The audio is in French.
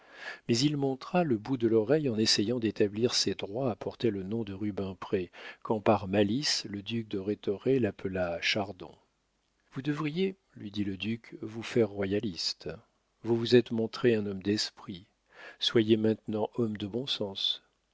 mais il montra le bout de l'oreille en essayant d'établir ses droits à porter le nom de rubempré quand par malice le duc de rhétoré l'appela chardon vous devriez lui dit le duc vous faire royaliste vous vous êtes montré homme d'esprit soyez maintenant homme de bon sens